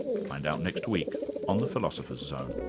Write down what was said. find out next week on the philosopher's zone